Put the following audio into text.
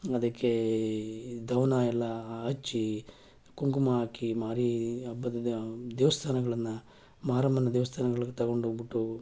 ಅದಕ್ಕೆ ಧವನ ಎಲ್ಲ ಹಚ್ಚಿ ಕುಂಕುಮ ಹಾಕಿ ಮಾರಿ ಹಬ್ಬದ ದೇವಸ್ಥಾನಗಳನ್ನು ಮಾರಮ್ಮನ ದೇವಸ್ಥಾನಗಳ್ಗೆ ತಗೊಂಡ್ಹೋಗ್ಬಿಟ್ಟು